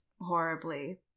horribly